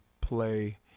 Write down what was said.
play